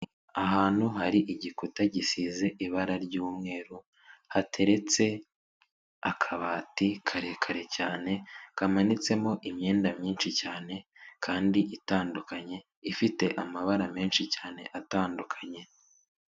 Ahantu hari igikuta gisize ibara ry'umweru hateretse akabati karekare cyane, kamanitsemo imyenda myinshi cyane kandi itandukanye, ifite amabara menshi cyane atandukanye.